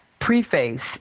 preface